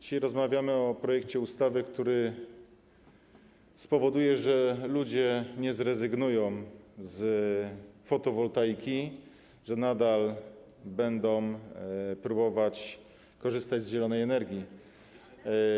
Dzisiaj rozmawiamy o projekcie ustawy, który spowoduje, że ludzie nie zrezygnują z fotowoltaiki, że nadal będą próbować korzystać z zielonej energii.